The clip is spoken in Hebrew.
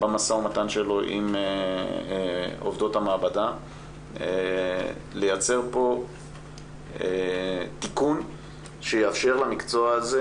במשא ומתן שלו עם עובדות המעבדה לייצר פה תיקון שיאפשר למקצוע הזה